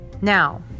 Now